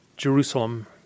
Jerusalem